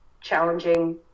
challenging